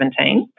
2017